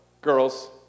girls